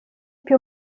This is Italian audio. più